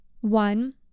one